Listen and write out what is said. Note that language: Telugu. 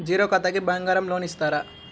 జీరో ఖాతాకి బంగారం లోన్ ఇస్తారా?